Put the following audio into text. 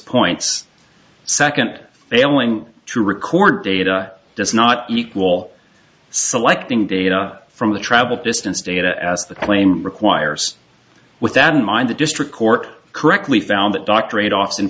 points second failing to record data does not equal selecting data from the travel distance data as the claim requires with that in mind the district court correctly found that doctor aid of